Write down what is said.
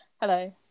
Hello